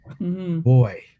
boy